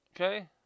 Okay